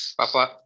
Papa